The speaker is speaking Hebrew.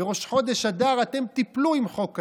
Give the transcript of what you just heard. בראש חודש אדר אתם תיפלו עם חוק כזה.